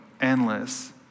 endless